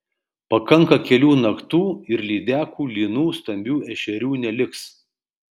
pakanka kelių naktų ir lydekų lynų stambių ešerių neliks